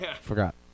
Forgot